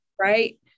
Right